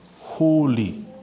holy